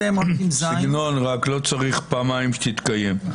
סגנון, לא צריך פעמיים ש"יתקיים".